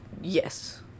Yes